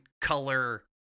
color